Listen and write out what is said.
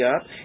up